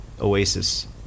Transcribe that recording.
oasis